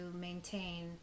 maintain